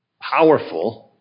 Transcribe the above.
powerful